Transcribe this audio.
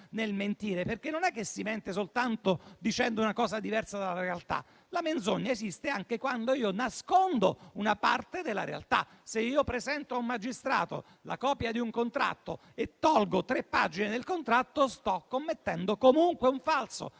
nel mentire, perché non si mente soltanto dicendo una cosa diversa dalla realtà, ma la menzogna esiste anche quando si nasconde una parte della realtà; se si presenta a un magistrato la copia di un contratto al quale sono state tolte tre pagine, si sta commettendo comunque un falso,